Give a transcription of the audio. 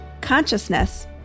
consciousness